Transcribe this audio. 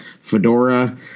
fedora